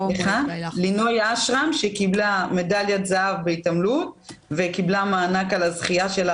לינוי אשראם שקיבלה מדליית זהב בהתעמלות וקיבלה מענק על הזכייה שלה